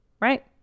right